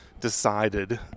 decided